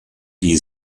die